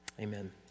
amen